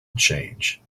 change